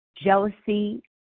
jealousy